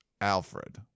Alfred